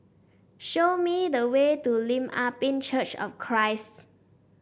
show me the way to Lim Ah Pin Church of Christ